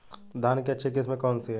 धान की अच्छी किस्म कौन सी है?